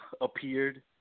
appeared